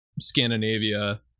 Scandinavia